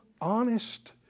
honest